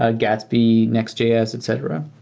ah gatsby, nextjs, etc.